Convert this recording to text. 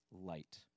light